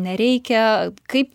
nereikia kaip